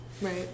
right